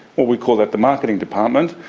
or we call that the marketing department,